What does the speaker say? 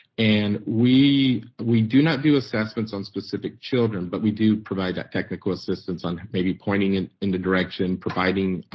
and we we do not do assessments on specific children, but we do provide that technical assistance on maybe pointing and in the direction, providing